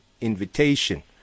invitation